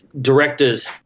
directors